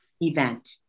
event